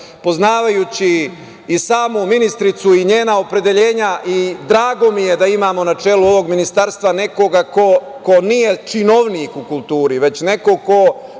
poznavajući i samu ministricu i njena opredeljenja, i drago mi je da imamo na čelu ovog ministarstva nekoga ko nije činovnik u kulturi, već neko ko,